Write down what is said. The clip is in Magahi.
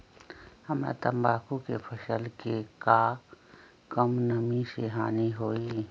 हमरा तंबाकू के फसल के का कम नमी से हानि होई?